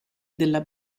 della